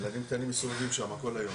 ילדים קטנים מסתובבים שם כל היום.